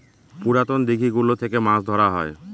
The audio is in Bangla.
পুরাতন দিঘি গুলো থেকে মাছ ধরা হয়